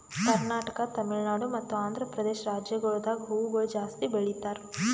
ಕರ್ನಾಟಕ, ತಮಿಳುನಾಡು ಮತ್ತ ಆಂಧ್ರಪ್ರದೇಶ ರಾಜ್ಯಗೊಳ್ದಾಗ್ ಹೂವುಗೊಳ್ ಜಾಸ್ತಿ ಬೆಳೀತಾರ್